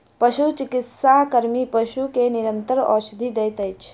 पशुचिकित्सा कर्मी पशु के निरंतर औषधि दैत अछि